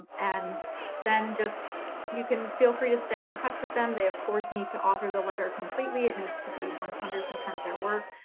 and then you can feel free to stay in touch with them, they of course, need to author the letter completely. it needs to be one hundred percent their work.